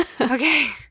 Okay